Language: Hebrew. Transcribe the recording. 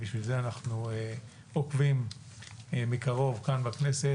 ובשביל זה אנחנו עוקבים מקרוב כאן בכנסת